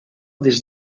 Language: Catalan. des